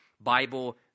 Bible